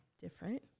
different